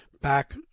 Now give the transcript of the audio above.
back